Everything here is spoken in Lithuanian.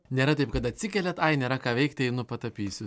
nėra taip kad atsikeliat ai nėra ką veikti einu patapysiu